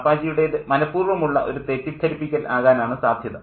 പാപ്പാജിയുടേത് മനഃപൂർവ്വമുള്ള ഒരു തെറ്റിദ്ധരിപ്പിക്കൽ ആകാനാണ് സാധ്യത